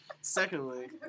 Secondly